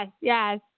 yes